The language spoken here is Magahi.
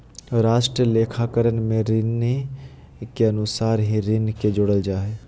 राष्ट्रीय लेखाकरण में ऋणि के अनुसार ही ऋण के जोड़ल जा हइ